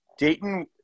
Dayton